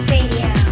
Radio